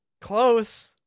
Close